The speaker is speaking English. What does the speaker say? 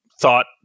thought